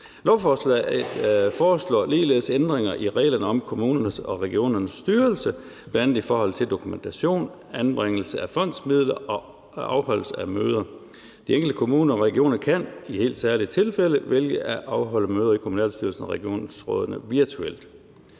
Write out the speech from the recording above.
lovforslaget foreslås der ligeledes ændringer i reglerne om kommunernes og regionernes styrelse, bl.a. i forhold til dokumentation, anbringelse af fondsmidler og afholdelse af møder. De enkelte kommuner og regioner kan i helt særlige tilfælde vælge at afholde møder i kommunalbestyrelserne og regionsrådene virtuelt.